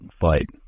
fight